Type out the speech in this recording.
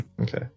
Okay